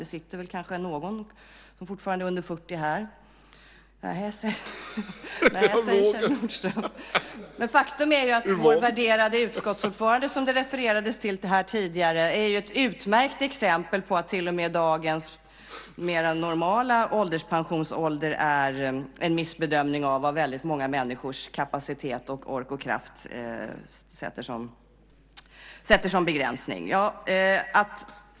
Det sitter kanske någon här som fortfarande är under 40 år. Faktum är att vår värderade utskottsordförande, som det refererades till tidigare, är ett utmärkt exempel på att till och med dagens mer normala ålderspensionsålder är en missbedömning av var väldigt många människors kapacitet, ork och kraft sätter sin begränsning.